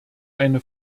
eine